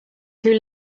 two